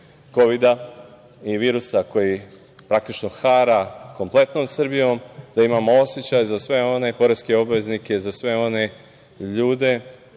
kovida i virusa koji praktično hara kompletnom Srbijom, da imamo osećaj za sve one poreske obveznike, za sve one ljude